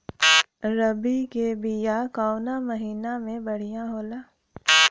रबी के बिया कवना महीना मे बढ़ियां होला?